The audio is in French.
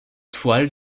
toile